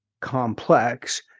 complex